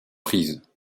prises